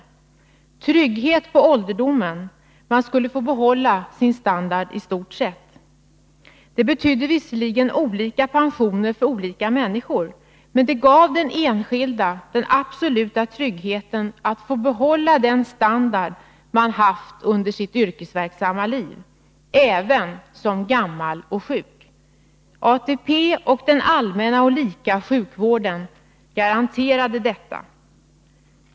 Trygghet på ålderdomen — man skulle i stort sett få behålla sin standard. Det betydde visserligen olika pensioner för olika människor, men det gav den enskilde den absoluta tryggheten att få behålla den standard man haft under sitt yrkesverksamma liv även som gammal och sjuk. ATP och den allmänna och lika sjukvården garanterade detta.